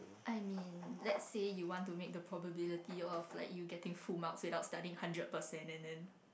I mean let's say you want to make the probability of like you getting full marks without studying hundred percent and then